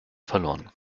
verloren